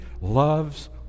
loves